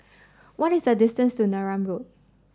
what is the distance to Neram Road